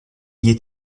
gli